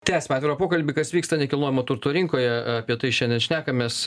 tęsiam atvirą pokalbį kas vyksta nekilnojamo turto rinkoje apie tai šiandien šnekamės